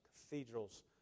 cathedrals